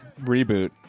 reboot